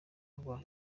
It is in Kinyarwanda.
rwa